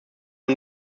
man